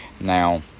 Now